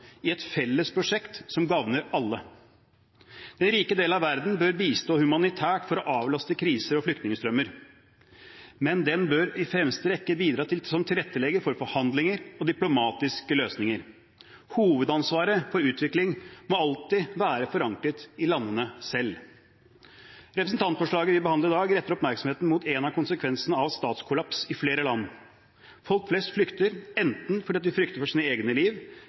i et felles prosjekt som gagner alle. Den rike delen av verden bør bistå humanitært for å avlaste kriser og flyktningstrømmer, men den bør i fremste rekke bidra som tilrettelegger for forhandlinger og diplomatiske løsninger. Hovedansvaret for utvikling må alltid være forankret i landene selv. Representantforslaget vi behandler i dag, retter oppmerksomheten mot en av konsekvensene av statskollaps i flere land. Folk flest flykter, enten fordi de frykter for sine egne liv,